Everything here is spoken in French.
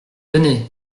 tenez